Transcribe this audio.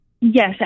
Yes